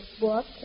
book